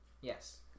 Yes